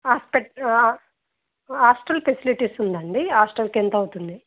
హాస్పట hostel facilities ఉందాండి హాస్టల్కి ఎంత అవుతుంది